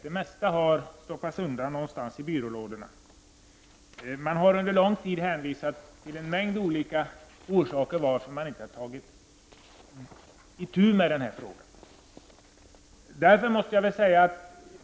Det mesta har stoppats undan i skrivbordslådorna. Man har under lång tid hänvisat till en mängd olika orsaker till att man inte har tagit itu med den här frågan.